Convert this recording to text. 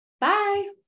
Bye